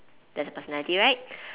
that's a personality right